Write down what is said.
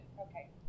Okay